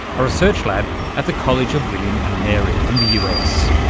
a research lab at the college of william and mary in the us.